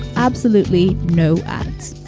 absolutely no ads.